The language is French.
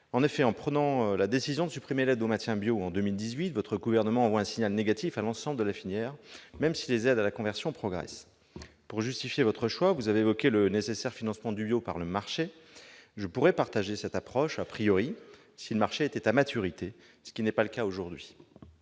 En effet, en prenant la décision de supprimer l'aide au maintien pour les agriculteurs bio en 2018, le Gouvernement envoie un signal négatif à l'ensemble de la filière, même si les aides à la conversion progressent. Pour justifier votre choix, vous avez évoqué le nécessaire financement du bio par le marché. Je pourrais partager cette approche si le marché était à maturité, mais tel n'est pas le cas aujourd'hui.